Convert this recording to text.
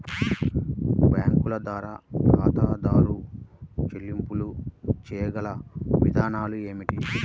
బ్యాంకుల ద్వారా ఖాతాదారు చెల్లింపులు చేయగల విధానాలు ఏమిటి?